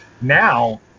Now